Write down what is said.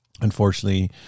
unfortunately